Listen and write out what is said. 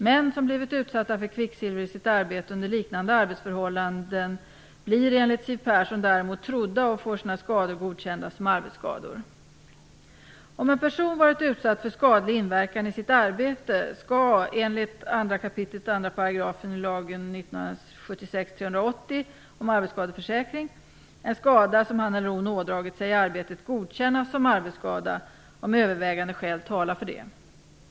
Män som blivit utsatta för kvicksilver i sitt arbete under liknande arbetsförhållanden blir enligt Siw Persson däremot trodda och får sina skador godkända som arbetsskador. Om en person varit utsatt för skadlig inverkan i sitt arbete skall enligt 2 kap. 2 § lagen om arbetsskadeförsäkring en skada som han eller hon ådragit sig i arbetet godkännas som arbetsskada om övervägande skäl talar för det.